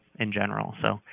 in general. so,